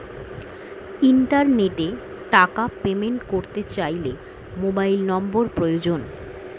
ইন্টারনেটে টাকা পেমেন্ট করতে চাইলে মোবাইল নম্বর প্রয়োজন